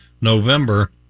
November